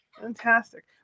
Fantastic